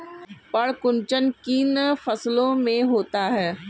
पर्ण कुंचन किन फसलों में होता है?